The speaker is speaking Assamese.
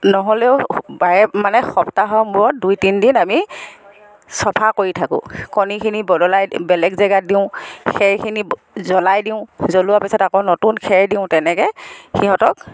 ন'হলেও বাৰে মানে সপ্তাহৰ মূৰত দুই তিনি দিন আমি চফা কৰি থাকোঁ কণীখিনি বদলাই বেলেগ জেগাত দিওঁ খেৰখিনি জ্বলাই দিওঁ জ্বলোৱা পাছত আকৌ নতুন খেৰ দিওঁ তেনেকৈ সিহঁতক